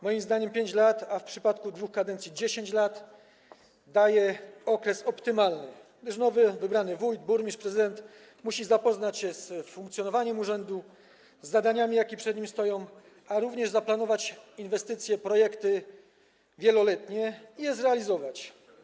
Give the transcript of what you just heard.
Moim zdaniem 5 lat, a w przypadku dwóch kadencji - 10 lat, to okres optymalny, gdyż nowo wybrany wójt, burmistrz czy prezydent musi zapoznać się z funkcjonowaniem urzędu, z zadaniami, jakie przed nim stoją, jak również zaplanować inwestycje i projekty wieloletnie i je zrealizować.